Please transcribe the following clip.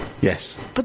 Yes